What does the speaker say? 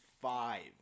five